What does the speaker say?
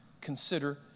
consider